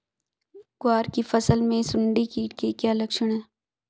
ग्वार की फसल में सुंडी कीट के क्या लक्षण है?